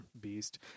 beast